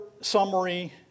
summary